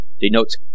denotes